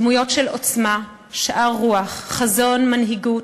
דמויות של עוצמה, שאר רוח, חזון, מנהיגות,